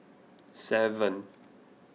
seven